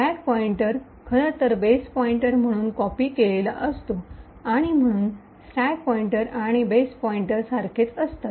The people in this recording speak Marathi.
स्टॅक पॉईंटर खरं तर बेस पॉईंटर म्हणून कॉपी केलेला असतो आणि म्हणून स्टॅक पॉईंटर आणि बेस पॉईंटर सारखेच असतात